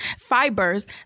fibers